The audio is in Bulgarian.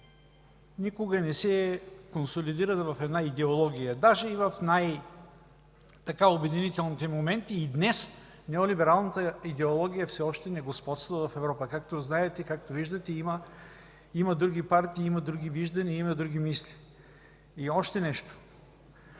никога не се е консолидирала в една идеология, даже и в най-обединителните моменти. И днес неолибералната идеология все още не господства в Европа. Както знаете, както виждате, има други партии, има други виждания, има други мисли. Още нещо,